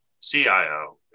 CIO